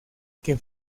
que